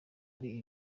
ari